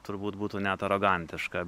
turbūt būtų net arogantiška